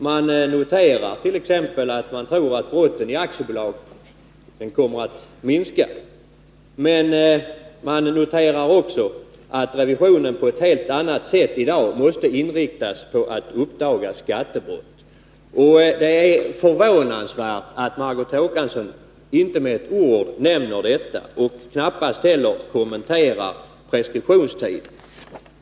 Man noterar t.ex. att brotten i aktiebolag troligen kommer att minska, men man noterar också att revisionen på ett helt annat sätt än i dag måste inriktas på att uppdaga skattebrott. Det är förvånansvärt att Margot Håkansson inte med ett ord nämner detta och knappast heller kommenterar preskriptionstiden.